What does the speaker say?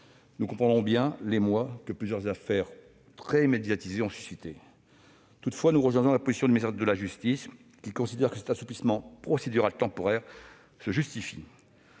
Nous comprenons bien l'émoi que plusieurs affaires très médiatisées ont suscité. Toutefois, nous partageons la position du ministère de la justice, qui considère que cet assouplissement procédural temporaire se justifie